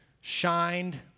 shined